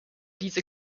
diese